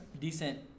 decent